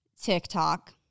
TikTok